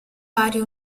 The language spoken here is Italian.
vari